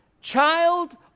Child